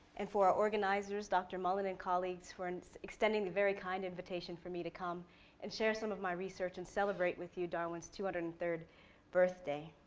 and for our organizers, dr. mullen and colleagues for extending the very kind invitation for me to come and share some of my research and celebrate with you darwin's two hundred and third birthday.